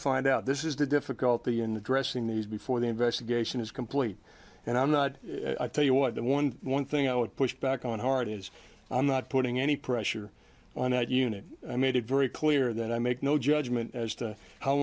find out this is the difficulty in the dressing these before the investigation is complete and i'm not i tell you what the one one thing i would push back on hard is i'm not putting any pressure on that unit i made it very clear that i make no judgment as to how